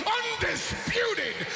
undisputed